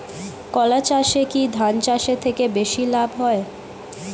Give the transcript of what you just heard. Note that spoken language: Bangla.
কলা চাষে কী ধান চাষের থেকে বেশী লাভ হয়?